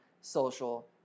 social